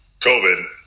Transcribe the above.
COVID